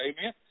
Amen